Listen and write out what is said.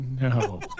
no